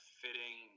fitting